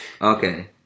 okay